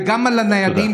וגם על הניידים,